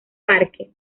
parque